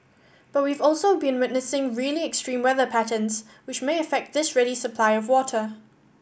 but we've also been witnessing really extreme weather patterns which may affect this ready supply of water